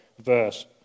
verse